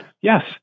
yes